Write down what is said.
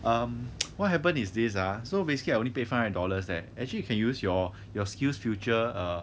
um what happened is this ah so basically I only paid five hundred dollars leh actually you can use your your skillsfuture